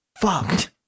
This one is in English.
Fucked